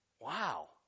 Wow